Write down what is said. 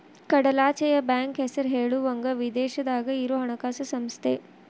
ಕಡಲಾಚೆಯ ಬ್ಯಾಂಕ್ ಹೆಸರ ಹೇಳುವಂಗ ವಿದೇಶದಾಗ ಇರೊ ಹಣಕಾಸ ಸಂಸ್ಥೆ